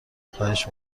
خواهش